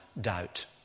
doubt